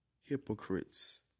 hypocrites